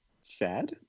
sad